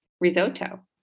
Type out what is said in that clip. risotto